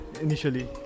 initially